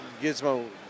Gizmo